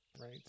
right